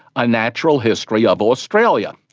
a natural history of australia.